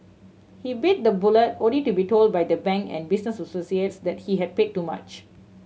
he bit the bullet only to be told by the bank and business associates that he had paid too much